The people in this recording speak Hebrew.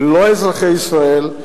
לא אזרחי ישראל,